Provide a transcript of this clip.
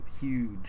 huge